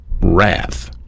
wrath